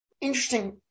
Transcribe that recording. interesting